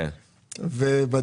אתה